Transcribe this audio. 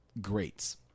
Greats